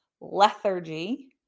lethargy